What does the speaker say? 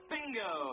Bingo